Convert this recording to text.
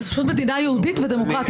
אנחנו פשוט מדינה יהודית ודמוקרטית.